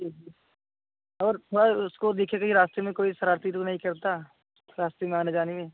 जी जी और थोड़ा उसको देखिए कहीं रास्ते में कोई शरारत तो नहीं करता रास्ते में आने जाने में